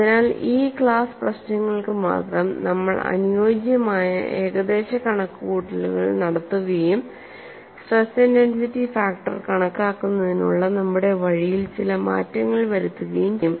അതിനാൽ ഈ ക്ലാസ് പ്രശ്നങ്ങൾക്ക് മാത്രം നമ്മൾ അനുയോജ്യമായ ഏകദേശ കണക്കുകൂട്ടലുകൾ നടത്തുകയും സ്ട്രെസ് ഇന്റൻസിറ്റി ഫാക്ടർ കണക്കാക്കുന്നതിനുള്ള നമ്മുടെ വഴിയിൽ ചില മാറ്റങ്ങൾ വരുത്തുകയും ചെയ്യും